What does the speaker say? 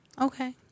Okay